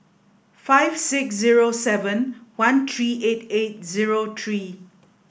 five six zero seven one three eight eight zero three